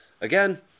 again